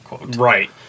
Right